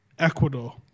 Ecuador